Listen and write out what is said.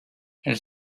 elles